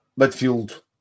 Midfield